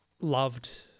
loved